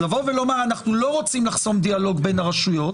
לבוא ולומר שאנחנו לא רוצים לחסום דיאלוג בין הרשויות